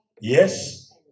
yes